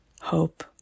hope